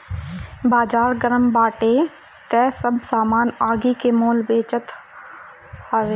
बाजार गरम बाटे तअ सब सामान आगि के मोल बेचात हवे